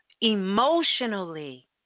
emotionally